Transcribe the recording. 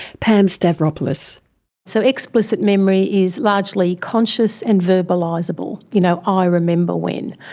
pam stavropoulos so explicit memory is largely conscious and verbalisable. you know, i remember when.